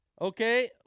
Okay